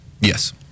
Yes